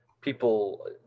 people